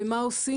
ומה עושים.